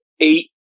eight